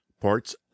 parts